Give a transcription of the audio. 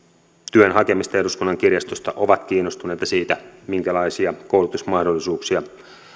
työn hakemista eduskunnan kirjastosta ovat kiinnostuneita siitä minkälaisia koulutusmahdollisuuksia